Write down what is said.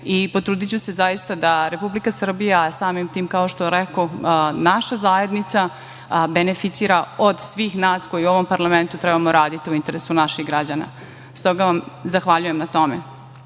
i potrudiću se zaista da Republika Srbija, samim tim, kao što rekoh, naša zajednica, beneficira od svih nas koji u ovom parlamentu trebamo raditi u interesu naših građana. Stoga vam zahvaljujem na tome. Danas